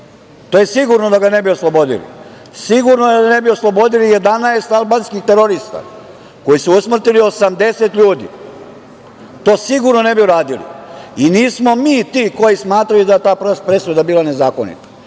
to je sigurno da ga ne bi oslobodili. Sigurno je da ne bi oslobodili 11 albanskih terorista, koji su usmrtili 80 ljudi, i to sigurno ne bi uradili. Nismo mi ti koji smatraju da je ta presuda bila nezakonita,